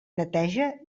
neteja